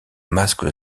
masque